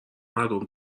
مردم